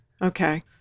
Okay